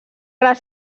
les